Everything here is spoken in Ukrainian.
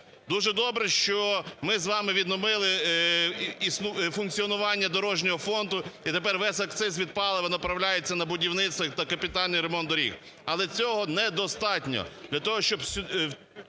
Дуже добре, що ми з вами відновили функціонування дорожнього фонду і тепер весь акциз від палива направляється на будівництво та капітальний ремонт доріг. Але цього недостатньо